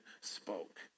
spoke